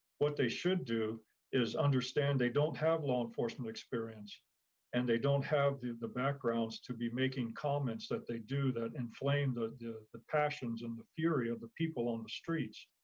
what they should do is understand they don't have law enforcement experience and they don't have the the backgrounds to be making comments that they do that inflame the the passions and the fury of the people on the streets.